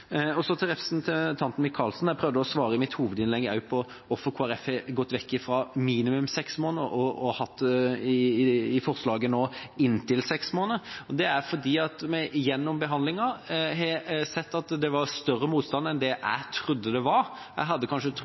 videre. Så ser jeg med glede fram til behandlingen, forhåpentligvis, her i Stortinget når den er ferdig utredet. Til representanten Michaelsen: Jeg prøvde å svare i mitt hovedinnlegg også på hvorfor Kristelig Folkeparti har gått vekk fra «minimum seks måneder» til i forslaget nå å gå inn for «inntil seks måneder». Det er fordi vi gjennom behandlingen har sett at det var større motstand enn det jeg trodde det